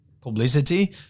publicity